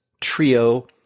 trio